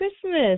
Christmas